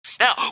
Now